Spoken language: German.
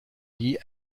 die